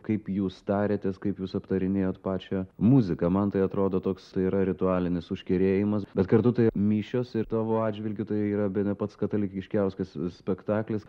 kaip jūs tarėtės kaip jūs aptarinėjot pačią muziką man tai atrodo toks tai yra ritualinis užkerėjimas bet kartu tai mišios ir tavo atžvilgiu tai yra bene pats katalikiškiauskas spektaklis